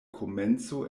komenco